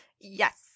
Yes